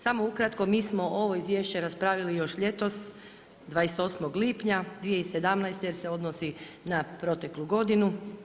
Samo ukratko mi smo ovo izvješće raspravljali još ljetos, 28. lipnja 2017. jer se odnosi na proteklu godinu.